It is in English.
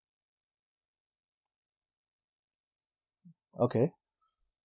okay